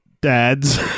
dads